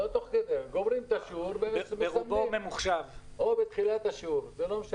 לא להעניש, להיפך, זה יגרום לו